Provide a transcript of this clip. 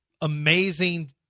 amazing